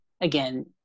again